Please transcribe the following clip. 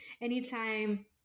Anytime